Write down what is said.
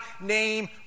name